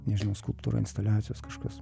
nežinau skulptūra instaliacijos kažkas